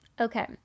Okay